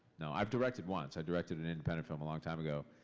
no. i've directed once. i directed an independent film a long time ago.